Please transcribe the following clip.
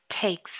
takes